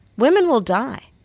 women will die.